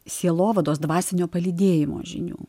sielovados dvasinio palydėjimo žinių